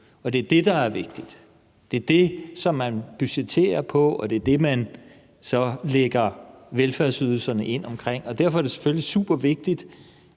og det er det, der er vigtigt. Det er det, som man budgetterer efter, og det er det, man så lægger velfærdsydelserne ind omkring. Derfor er det selvfølgelig super vigtigt,